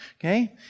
Okay